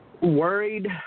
Worried